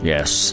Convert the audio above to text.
Yes